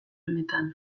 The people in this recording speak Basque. honetan